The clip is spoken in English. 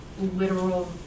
literal